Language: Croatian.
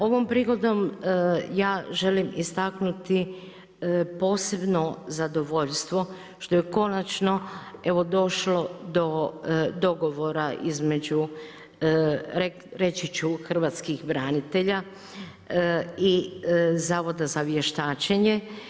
Ovom prigodom ja želim istaknuti posebno zadovoljstvo što je konačno evo došlo do dogovora između reći ću hrvatskih branitelja i zavoda za vještačenje.